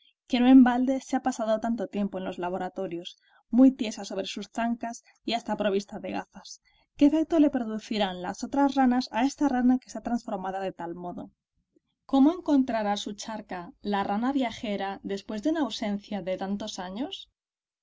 no en balde se ha pasado tanto tiempo en los laboratorios muy tiesa sobre sus zancas y hasta provista de gafas qué efecto le producirán las otras ranas a esta rana que está transformada de tal modo cómo encontrará su charca la rana viajera después de una ausencia de tantos años